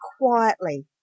quietly